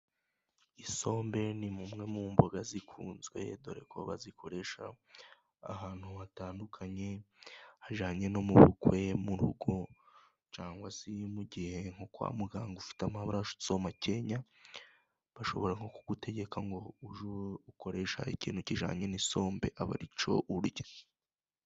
Isombe ni ziimwe mu mboga zikunzwe， dore ko bazikoresha ahantu hatandukanye， hajyanye no mu bukwe，murugo cyangwa se mu gihe nko kwa muganga ufite amaraso makeya， bashobora nko kugutegeka ngo ukoresha ikintu kijyanye n'i isombe， aba aricyo urya.